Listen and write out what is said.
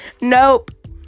nope